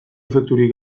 efekturik